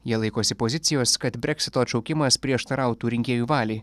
jie laikosi pozicijos kad breksito atšaukimas prieštarautų rinkėjų valiai